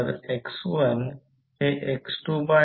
96° V असेल हे हेच उत्तर आहे